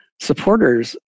Supporters